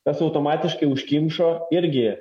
tas automatiškai užkimšo irgi